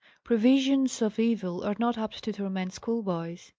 previsions of evil are not apt to torment schoolboys.